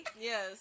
yes